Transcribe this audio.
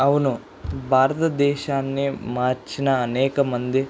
అవును భారతదేశాన్ని మార్చిన అనేకమంది